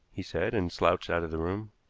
he said, and slouched out of the room.